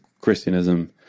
Christianism